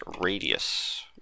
radius